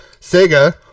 Sega